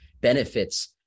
benefits